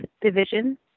Division